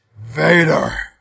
Vader